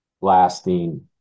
lasting